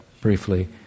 briefly